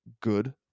good